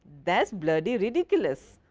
that is bloody ridiculous.